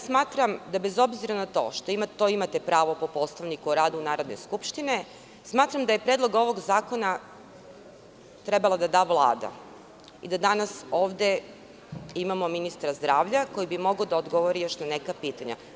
Smatram da bez obzira na to, to imate pravo po Poslovniku o radu Narodne skupštine, smatram da je predlog ovog zakona trebalo da da Vlada i da danas ovde imamo ministra zdravlja, koji bi mogao da odgovori još na neka pitanja.